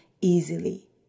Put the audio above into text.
easily